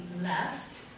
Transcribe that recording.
left